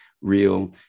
real